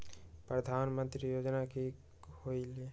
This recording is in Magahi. प्रधान मंत्री योजना कि होईला?